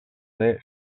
this